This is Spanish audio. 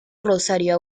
rosario